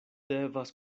devas